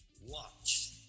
Watch